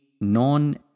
non